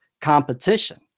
competition